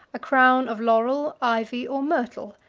a crown of laurel, ivy, or myrtle,